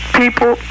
people